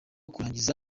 kurangiza